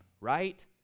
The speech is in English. right